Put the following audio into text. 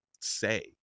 say